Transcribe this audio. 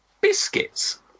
Biscuits